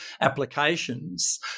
applications